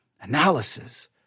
analysis